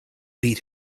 beat